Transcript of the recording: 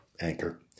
Anchor